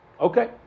okay